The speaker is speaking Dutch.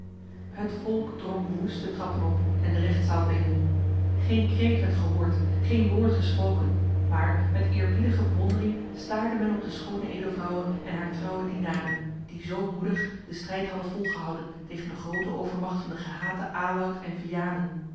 het volk drong woest de trappen op en de rechtzaal binnen geen kreet werd gehoord geen woord gesproken maar met eerbiedige bewondering staarde men op de schoone edelvrouwe en hare trouwe dienaren die zoo moedg den strijd hadden volgehouden tegen de groote overmacht van den gehaten aloud en vianen